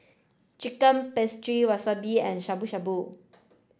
Chicken Wasabi and Shabu Shabu